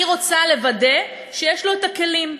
אני רוצה לוודא שיש לו את הכלים.